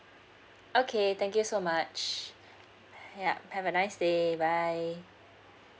okay thank you so much yup have a nice day bye